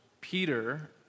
Peter